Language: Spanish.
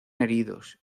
heridos